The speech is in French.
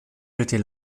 jeter